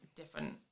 Different